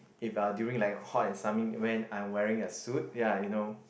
if uh during like a hot and summing when I'm wearing a suit ya you know